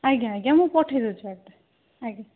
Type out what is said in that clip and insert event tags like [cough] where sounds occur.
ଆଜ୍ଞା ଆଜ୍ଞା ମୁଁ ପଠାଇଦେଉଛି [unintelligible] ଆଜ୍ଞା